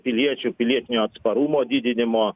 piliečių pilietinio atsparumo didinimo